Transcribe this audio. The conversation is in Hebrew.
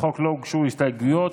לחוק לא הוגשו הסתייגויות.